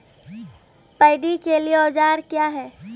Paddy के लिए औजार क्या हैं?